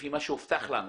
לפי מה שהובטח לנו,